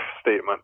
statement